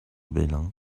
belin